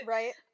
Right